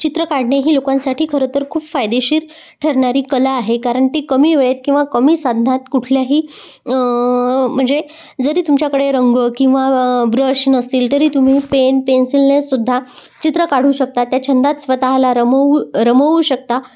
चित्र काढणे ही लोकांसाठी खरं तर खूप फायदेशीर ठरणारी कला आहे कारण ती कमी वेळेत किंवा कमी संधात कुठल्याही म्हणजे जरी तुमच्याकडे रंग किंवा ब्रश नसतील तरी तुम्ही पेन पेन्सिलने सुद्धा चित्र काढू शकता त्या छंदात स्वतःला रमवू रमवू शकता